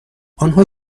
آنها